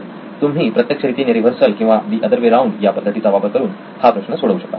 तुम्ही प्रत्यक्ष रीतीने रिव्हर्सल किंवा द अदर वे राऊंड या पद्धतीचा वापर करून हा प्रश्न सोडवू शकता